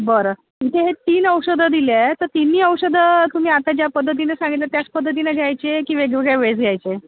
बरं म्हणजे हे तीन औषधं दिले आहे तर तिन्ही औषधं तुम्ही आता ज्या पद्धतीने सांगितलं त्याच पद्धतीने घ्यायचे आहे की वेगवेगळ्या वेळेस घ्यायचे आहे